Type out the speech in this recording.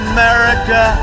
America